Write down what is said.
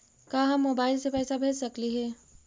का हम मोबाईल से पैसा भेज सकली हे?